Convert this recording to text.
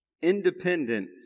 independent